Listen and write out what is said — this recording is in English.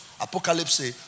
Apocalypse